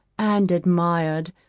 and admired,